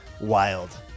wild